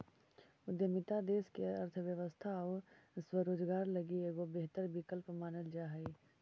उद्यमिता देश के अर्थव्यवस्था आउ स्वरोजगार लगी एगो बेहतर विकल्प मानल जा हई